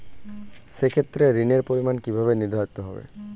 সে ক্ষেত্রে ঋণের পরিমাণ কিভাবে নির্ধারিত হবে?